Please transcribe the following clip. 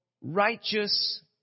righteous